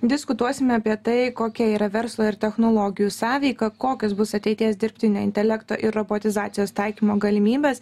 diskutuosime apie tai kokia yra verslo ir technologijų sąveika kokios bus ateities dirbtinio intelekto ir robotizacijos taikymo galimybės